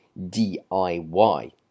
DIY